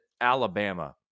Alabama